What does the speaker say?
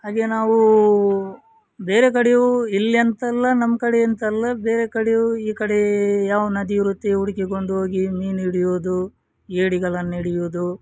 ಹಾಗೆ ನಾವು ಬೇರೆ ಕಡೆಯೂ ಇಲ್ಲಿ ಅಂತಲ್ಲ ನಮ್ಮ ಕಡೆ ಅಂತಲ್ಲ ಬೇರೆ ಕಡೆಯೂ ಈ ಕಡೆ ಯಾವ ನದಿ ಇರುತ್ತೆ ಹುಡುಕಿಕೊಂಡು ಹೋಗಿ ಮೀನು ಹಿಡಿಯೋದು ಏಡಿಗಳನ್ನ ಹಿಡಿಯೋದು